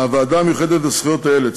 הוועדה המיוחדת לזכויות הילד,